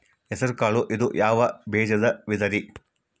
ಹೆಸರುಕಾಳು ಇದು ಯಾವ ಬೇಜದ ವಿಧರಿ?